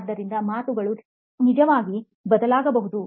ಆದ್ದರಿಂದ ಮಾತುಗಳು ನಿಜವಾಗಿ ಬದಲಾಗಬಹುದು